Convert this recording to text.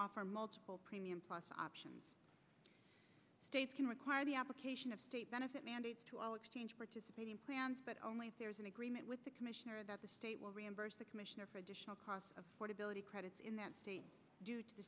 offer multiple premium plus option states can require the application of state benefit mandates to all exchange participating plans but only if there is an agreement with the commissioner that the state will reimburse the commissioner for additional costs of portability credits in that state